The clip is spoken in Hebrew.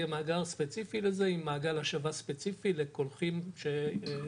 יהיה מאגר ספציפי לזה עם מעגל השבה ספציפי לקולחים שהוגדרו.